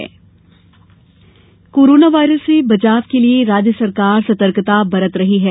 corona virus corona virus से बचाव के लिए राज्य सरकार सतर्कता बरत रही है